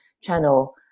channel